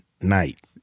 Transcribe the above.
night